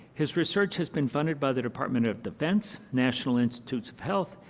his research has been funded by the department of defense, national institutes of health,